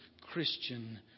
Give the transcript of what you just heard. Christian